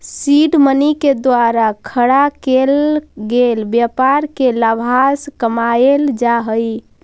seed money के द्वारा खड़ा केल गेल व्यापार से लाभांश कमाएल जा हई